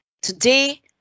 Today